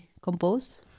compose